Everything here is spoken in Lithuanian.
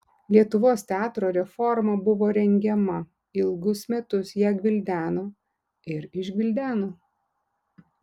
lietuvos teatro reforma buvo rengiama ilgus metus ją gvildeno ir išgvildeno